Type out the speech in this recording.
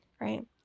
right